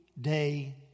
day